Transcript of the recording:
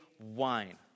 wine